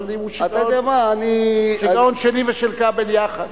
אבל הוא שיגעון שלי ושל כבל יחד,